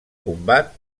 combat